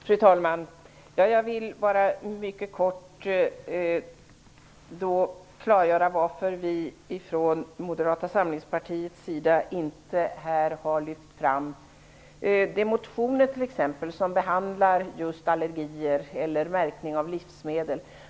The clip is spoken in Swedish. Fru talman! Jag vill bara mycket kort klargöra varför vi från Moderata samlingspartiets sida inte här har lyft fram t.ex. de motioner som behandlar just allergier eller märkning av livsmedel.